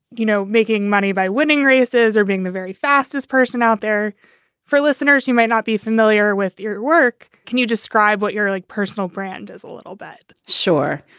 you know, making money by winning races or being the very fastest person out there for listeners who might not be familiar with your work. can you describe what your like personal brand is? a little bit? sure.